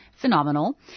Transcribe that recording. phenomenal